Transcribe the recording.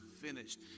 finished